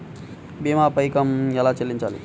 భీమా పైకం ఎలా చెల్లించాలి?